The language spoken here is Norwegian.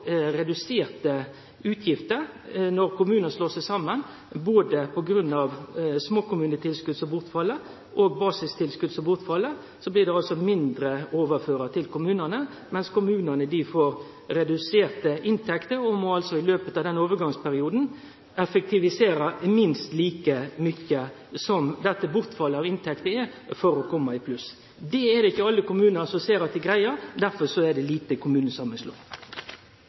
reduserte utgifter når kommunar slår seg saman. Fordi småkommunetilskottet og basistilskottet fell bort, blir det mindre å overføre til kommunane, mens kommunane får reduserte inntekter og må i løpet av den overgangsperioden effektivisere minst like mykje som dette bortfallet av inntekt utgjer, for å kome i pluss. Det er det ikkje alle kommunar som ser at dei greier, så derfor er det